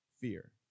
fear